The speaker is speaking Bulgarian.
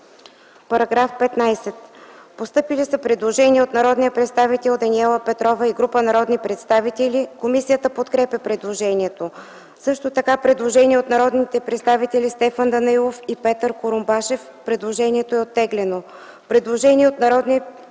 ПЕТРОВА: Постъпило е предложение от народния представител Даниела Петрова и група народни представители. Комисията подкрепя предложението. Постъпило е предложение от народните представители Стефан Данаилов и Петър Курумбашев, което е оттеглено. Постъпило е предложение от народните представители